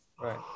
Right